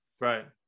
Right